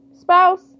spouse